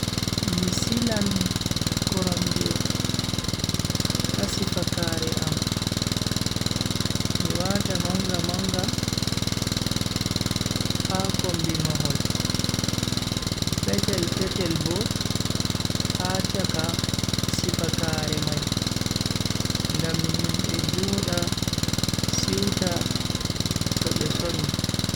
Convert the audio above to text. Mi silan koromje ha sifakaare am, mi wata manga manga ha kombi mahol, petel petel bo ha chaka sifakaare mai ngam himbe joda siwta to be somi.